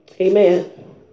amen